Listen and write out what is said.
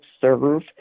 serve